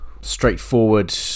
straightforward